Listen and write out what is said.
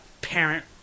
parent